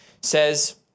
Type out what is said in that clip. says